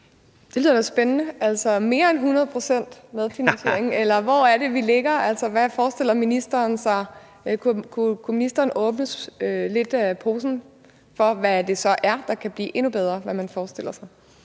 Det lyder jo spændende. Altså mere end hundrede procent medfinansiering, eller hvor er det, vi ligger? Hvad forestiller ministeren sig? Kunne ministeren åbne lidt for posen, i forhold til hvad det så er, der kan blive endnu bedre, altså hvad man forestiller sig?